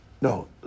No